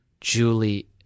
Julie